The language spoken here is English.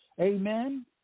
Amen